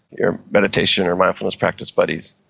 your meditation or mindfulness practice buddies.